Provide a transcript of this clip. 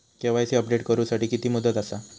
KYC update करू साठी किती मुदत आसा?